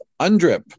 UNDRIP